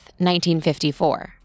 1954